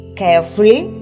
carefully